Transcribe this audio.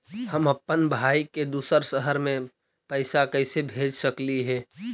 हम अप्पन भाई के दूसर शहर में पैसा कैसे भेज सकली हे?